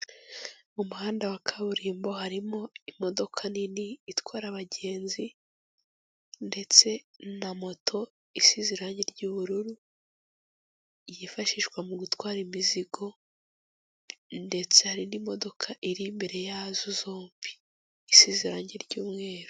Mu muhanda wa kaburimbo harimo imodoka nini itwara abagenzi ndetse na moto isize irange ry'ubururu yifashishwa mu gutwara imizigo ndetse hari n'imodoka iri imbere yazo zombi, isize irange ry'umweru.